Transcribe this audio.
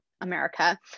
america